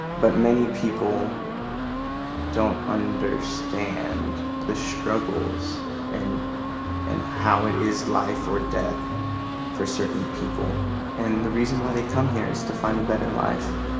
but many people don't understand the struggles and and how it is life or death for certain people and the reason why they come here is to find a better life.